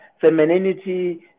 femininity